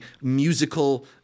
musical